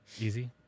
Easy